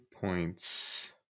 points